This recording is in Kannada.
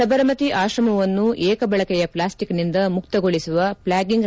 ಸಬರಮತಿ ಆಶ್ರಮವನ್ನು ಏಕ ಬಳಕೆಯ ಪ್ಲಾಸ್ಟಿಕ್ನಿಂದ ಮುಕ್ತಗೊಳಿಸುವ ಪ್ಲಾಗಿಂಗ್